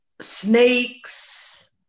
snakes